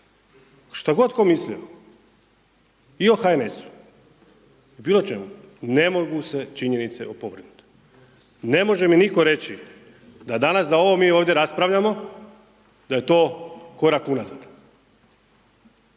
Što god tko mislio i o HNS-u, o bilo čemu ne mogu se činjenice opovrgnuti. Ne može mi nitko reći da danas da ovo mi ovdje raspravljamo da je to korak unazad.